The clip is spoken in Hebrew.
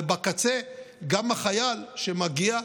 ובקצה גם החייל שמגיע,